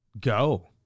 go